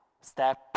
step